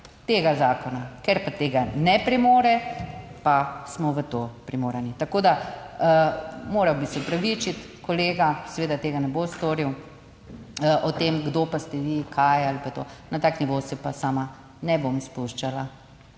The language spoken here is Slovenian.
tega zakona. Ker pa tega ne premore, pa smo v to primorani. Tako da moral bi se opravičiti, kolega seveda tega ne bo storil. O tem, kdo pa ste vi, kaj ali pa to, na tak nivo se pa sama ne bom spuščala.